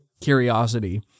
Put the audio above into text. curiosity